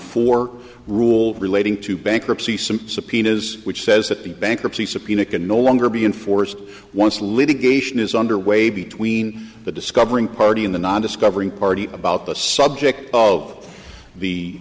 four rule relating to bankruptcy some subpoenas which says that the bankruptcy subpoena can no longer be enforced once litigation is underway between the discovering party and the non discovering party about the subject of the